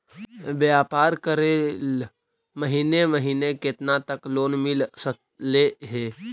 व्यापार करेल महिने महिने केतना तक लोन मिल सकले हे?